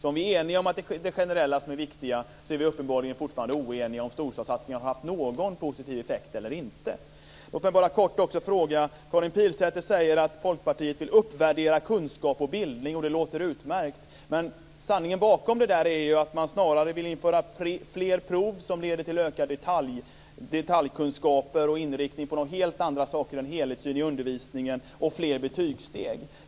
Om vi är eniga om att det är det generella som är det viktiga, är vi uppenbarligen fortfarande oeniga om storstadssatsningen har haft någon positiv effekt eller inte. Karin Pilsäter säger att Folkpartiet vill uppvärdera kunskap och bildning. Det låter utmärkt, men sanningen bakom det är att man snarare vill införa fler prov, som leder till ökade detaljkunskaper och inriktning på helt andra saker än helhetssyn i undervisningen, och fler betygssteg.